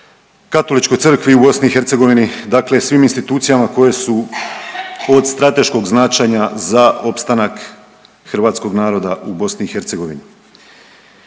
Katoličkoj crkvi u BiH, dakle svim institucijama koje su od strateškog značenja za opstanak hrvatskog naroda u BiH.